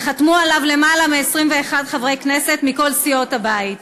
וחתמו עליו למעלה מ-21 חברי כנסת מכל סיעות הבית.